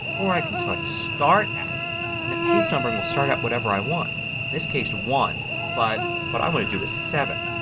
or i can select start at and the page numbering will start at whatever i want. in this case one but what i want to do is seven.